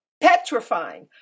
petrifying